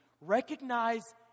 recognize